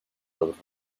los